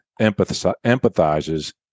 empathizes